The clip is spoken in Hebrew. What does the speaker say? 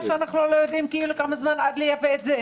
כי אנחנו לא יודעים כמה זמן ייקח לייבא את זה.